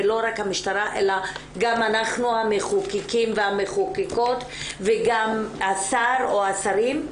ולא רק המשטרה אלא גם אנחנו המחוקקים והמחוקקות וגם השר או השרים,